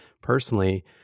personally